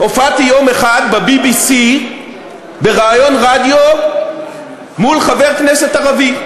הופעתי יום אחד ב-BBC בראיון רדיו מול חבר כנסת ערבי.